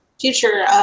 future